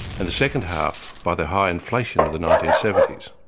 and the second half by the high inflation of the nineteen seventy s.